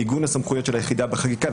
עיגון הסמכויות של היחידה בחקיקה,